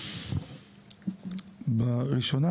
בראשונה,